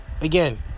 again